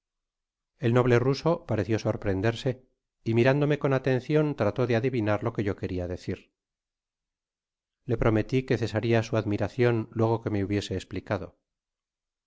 el noble ruso pareció sorprenderse y mirándome con atencion trató de adivinar lo que yo queria decir le prometí que cesarla sü admiracion luego que me hubiese esplicado